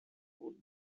would